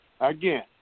Again